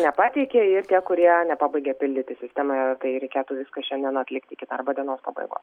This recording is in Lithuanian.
nepateikė ir tie kurie nepabaigė pildyti sistemoje tai reikėtų viską šiandien atlikti iki darbo dienos pabaigos